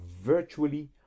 virtually